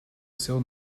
seu